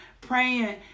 praying